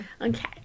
Okay